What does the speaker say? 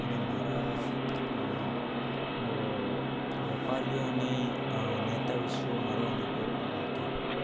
અને મારા નો વેપારીઓને નેતા વિષે મારો અનુભવ આ હતો